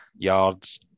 yards